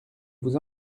vous